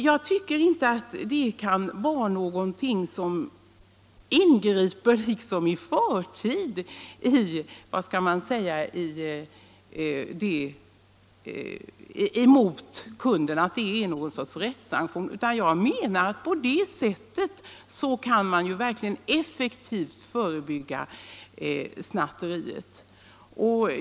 Jag tycker inte att detta kan innebära någon sorts rättslig sanktion, något otillbörligt ingripande mot kunden, utan jag menar att man på det sättet verkligt effektivt kan förebygga snatteri.